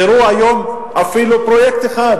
תראו, היום אפילו פרויקט אחד לנשמה,